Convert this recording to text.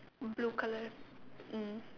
blue colour mm